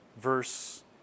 Verse